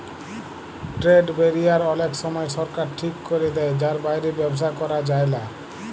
trade barrier অলেক সময় সরকার ঠিক ক্যরে দেয় যার বাইরে ব্যবসা ক্যরা যায়লা